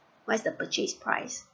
what's the purchase price